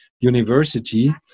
university